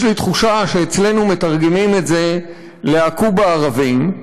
יש לי תחושה שאצלנו מתרגמים את זה ל"הכו בערבים,